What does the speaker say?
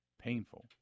painful